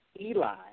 Eli